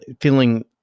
feeling